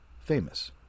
Famous